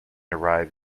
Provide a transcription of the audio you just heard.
arrive